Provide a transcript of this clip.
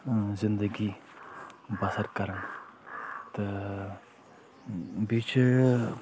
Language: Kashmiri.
زِندٕگی بسر کَران تہٕ بیٚیہِ چھِ